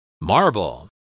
Marble